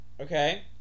Okay